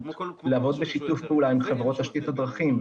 לעבוד בשיתוף פעולה עם חברות תשתית הדרכים.